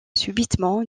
subitement